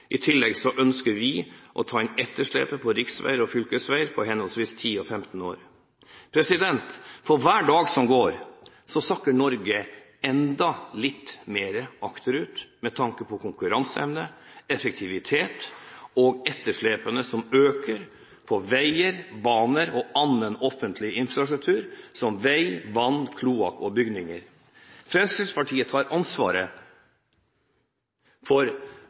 I tillegg ønsker vi å ta inn etterslepet på riksveier og fylkesveier på henholdsvis 10 og 15 år. For hver dag som går, sakker Norge enda litt mer akterut med tanke på konkurranseevne og effektivitet. Etterslepene øker på veier, baner og på annen offentlig infrastruktur, som vei, vann, kloakk og bygninger. Fremskrittspartiet tar ansvar for